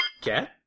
Cat